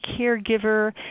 caregiver